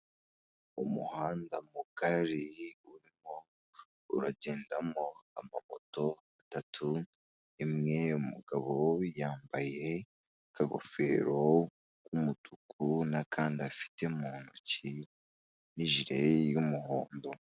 Umuhanda mugari urimo uragendamo amamoto atatu, imwe umugabo yambaye akagofero k'umutuku, n'akandi afite mu ntoki, n'ijere y'umuhondo.